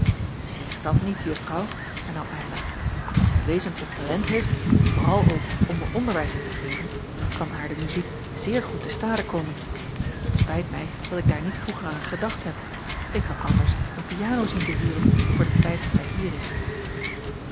zeg dat niet juffrouw hernam eylar als zij wezentlijk talent heeft vooral ook om er onderwijs in te geven kan haar de muziek zeer goed te stade komen t spijt mij dat ik daar niet vroeger aan gedacht heb ik had anders een piano zien te huren voor den tijd dat zij hier is